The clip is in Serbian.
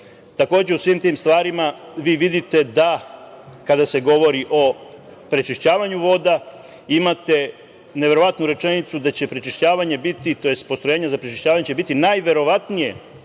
Takođe, u svim tim stvarima vi vidite da kada se govori o prečišćavanju voda imate neverovatnu rečenicu da će postrojenja za prečišćavanje biti najverovatnije